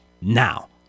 Now